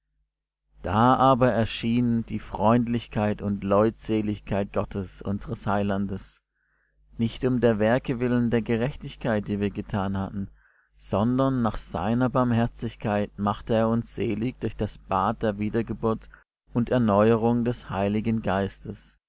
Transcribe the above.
da aber erschien die freundlichkeit und leutseligkeit gottes unsers heilandes nicht um der werke willen der gerechtigkeit die wir getan hatten sondern nach seiner barmherzigkeit machte er uns selig durch das bad der wiedergeburt und erneuerung des heiligen geistes